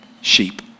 sheep